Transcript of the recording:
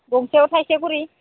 गंसेयाव थायसेखरि